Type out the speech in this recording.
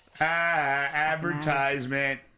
Advertisement